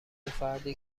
فردی